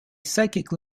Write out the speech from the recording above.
psychic